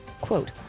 Quote